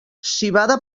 civada